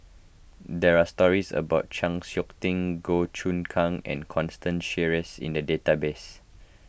there are stories about Chng Seok Tin Goh Choon Kang and Constance Sheares in the database